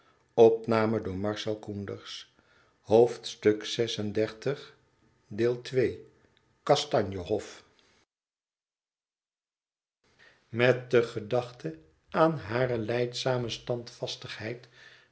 met de gedachte aan hare lijdzame